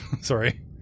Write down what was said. Sorry